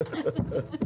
(צוחק)